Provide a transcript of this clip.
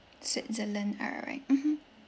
switzerland all right mmhmm